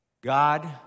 God